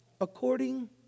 according